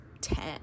ten